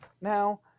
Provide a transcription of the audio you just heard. now